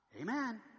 Amen